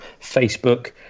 Facebook